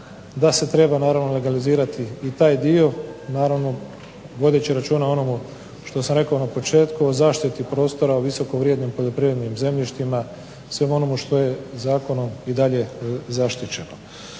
da se treba naravno legalizirati i taj dio naravno vodeći računa o onome što sam rekao na početku o zaštiti prostora, o visoko vrijednim poljoprivrednim zemljištima, svemu onomu što je zakonom i dalje zaštićeno.